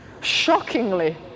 shockingly